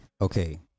Okay